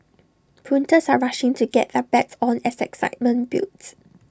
punters are rushing to get their bets on as excitement builds